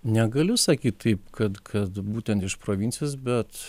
negaliu sakyti taip kad kad būtent iš provincijos bet